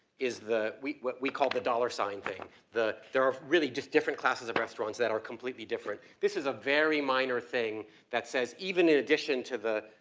is the we, what we call the dollar sign thing. the, there are really just different classes of restaurants that are completely different. this is a very minor thing that says even in addition to the,